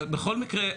בכל מקרה,